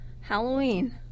Halloween